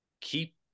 keep